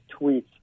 tweets